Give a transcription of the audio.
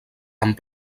amb